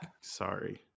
Sorry